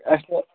اَسہِ